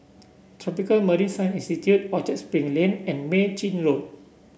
Tropical Marine Science Institute Orchard Spring Lane and Mei Chin Road